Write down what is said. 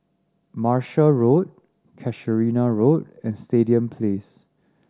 Martia Road Casuarina Road and Stadium Place